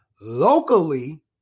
locally